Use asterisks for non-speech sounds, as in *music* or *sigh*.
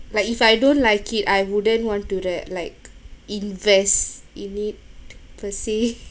like if I don't like it I wouldn't want to like like invest in it per se *laughs*